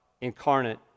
incarnate